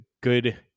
good